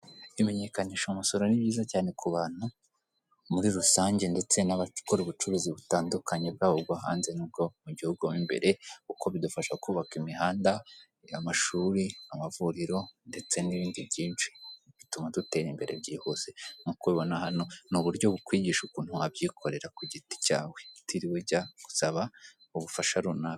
Imenyekanisha umusoro ni byiza cyane ku bantu muri rusange ndetse n'abakora ubucuruzi butandukanye, bwabo ubwo hanze n'ubwo mu gihugu mo imbere kuko bidufasha kubaka imihanda, amashuri, amavuriro ndetse n'ibindi byinshi bituma dutera imbere byihuse nk'uko ubibona hano, ni uburyo bukwigisha ukuntu wabyikorera ku giti cyawe utiriwe ujya gusaba ubufasha runaka.